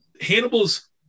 Hannibal's